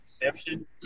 exception